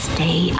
Stay